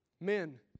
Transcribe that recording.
Men